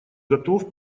готов